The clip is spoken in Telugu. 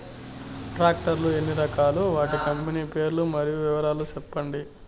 టాక్టర్ లు ఎన్ని రకాలు? వాటి కంపెని పేర్లు మరియు వివరాలు సెప్పండి?